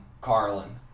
Carlin